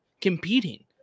competing